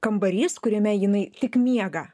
kambarys kuriame jinai tik miega